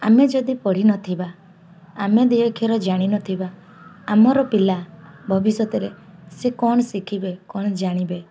ଆମେ ଯଦି ପଢ଼ି ନଥିବା ଆମେ ଦୁଇ ଅକ୍ଷର ଜାଣିନଥିବା ଆମର ପିଲା ଭବିଷ୍ୟତରେ ସେ କ'ଣ ଶିଖିବେ କ'ଣ ଜାଣିବେ